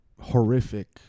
horrific